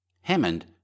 Hammond